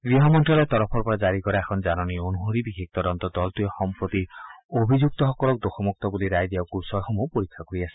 গৃহ মন্ত্যালয়ৰ তৰফৰ পৰা জাৰি কৰা এখন জাননী অনুসৰি বিশেষ তদন্ত দলটোৱে সম্প্ৰতি অভিযুক্তসকলক দোষমুক্ত বুলি ৰায় দিয়া গোচৰসমূহ পৰীক্ষা কৰি আছে